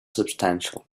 substantial